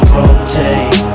rotate